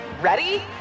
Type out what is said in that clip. Ready